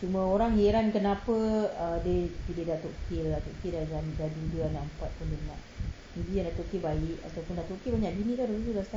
cuma orang hairan kenapa err dia dia pilih dato K dato K dah duda anak empat pun dia nak maybe dato K baik dia banyak bini [tau] last time